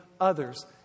others